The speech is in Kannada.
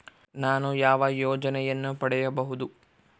ನಾನು ಯಾವ ಯೋಜನೆಯನ್ನು ಪಡೆಯಬಹುದು?